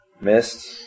missed